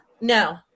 No